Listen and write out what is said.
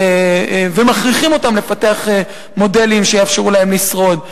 ומכריחים אותם לפתח מודלים שיאפשרו להם לשרוד.